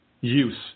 use